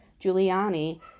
Giuliani